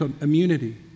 immunity